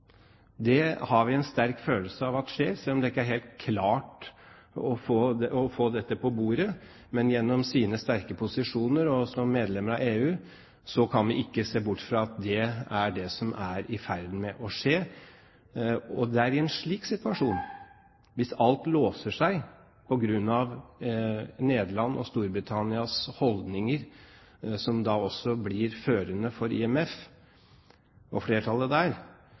Det har jeg en sterk følelse av skjer, selv om man ikke helt har klart å få dette på bordet. Men gjennom sine sterke posisjoner og som medlemmer av EU kan vi ikke se bort fra at det er dette som er i ferd med å skje. Det er i en slik situasjon, hvis alt låser seg på grunn av Nederland og Storbritannias holdninger, som da også blir førende for IMF og flertallet der,